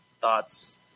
Thoughts